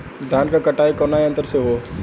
धान क कटाई कउना यंत्र से हो?